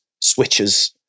switches